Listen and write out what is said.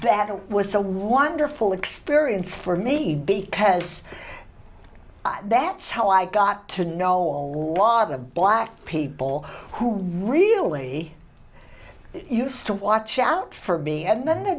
it was a wonderful experience for me because that's how i got to know a lot of black people who really used to watch out for b and then th